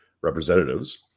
representatives